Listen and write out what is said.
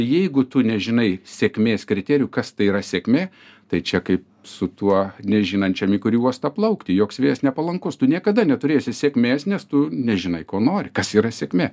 jeigu tu nežinai sėkmės kriterijų kas tai yra sėkmė tai čia kaip su tuo nežinančiam į kurį uostą plaukti joks vėjas nepalankus tu niekada neturėsi sėkmės nes tu nežinai ko nori kas yra sėkmė